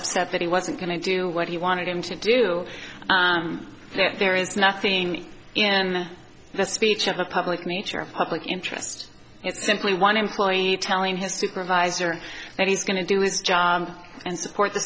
upset that he wasn't going to do what he wanted him to do there is nothing in the speech of a public nature of public interest it's simply one employee telling his supervisor that he's going to do his job and support the